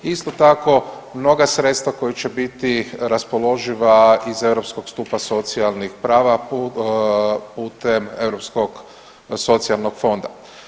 Isto tako mnoga sredstva koja će biti raspoloživa iz europskog stupa socijalnih prava, putem europskog Socijalnog fonda.